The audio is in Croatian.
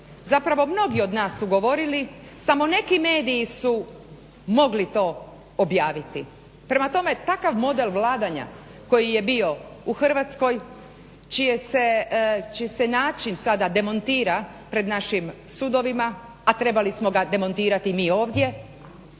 zapravo mnogi od nas su govorili, samo neki mediji su mogli to objaviti. Prema tome, takav model vladanja koji je bio u Hrvatskoj čiji se način sada demontira pred našim sudovima, a trebali smo ga demontirati mi ovdje,